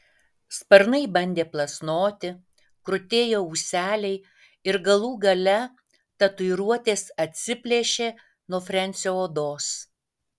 sparnai bandė plasnoti krutėjo ūseliai ir galų gale tatuiruotės atsiplėšė nuo frensio odos